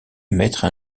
mettre